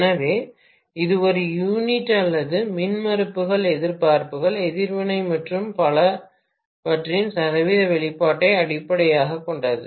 எனவே இது ஒரு யூனிட் அல்லது மின்மறுப்புகள் எதிர்ப்புகள் எதிர்வினை மற்றும் பலவற்றின் சதவீத வெளிப்பாட்டை அடிப்படையாகக் கொண்டது